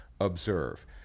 observe